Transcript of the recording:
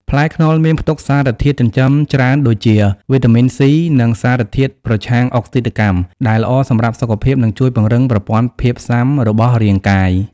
ផ្លែខ្នុរមានផ្ទុកសារធាតុចិញ្ចឹមច្រើនដូចជា វីតាមីន C និងសារធាតុប្រឆាំងអុកស៊ីតកម្ម ដែលល្អសម្រាប់សុខភាព និងជួយពង្រឹងប្រព័ន្ធភាពស៊ាំរបស់រាងកាយ។